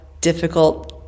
difficult